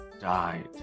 died